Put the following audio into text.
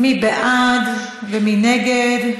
מי בעד ומי נגד?